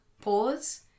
pause